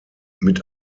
mit